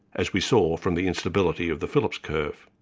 as we saw from the instability of the phillips curve.